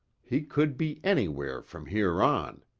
he could be anywhere from here on.